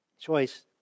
choice